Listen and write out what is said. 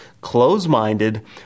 close-minded